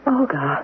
Olga